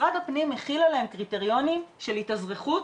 משרד הפנים מחיל עליהם קריטריונים של התאזרחות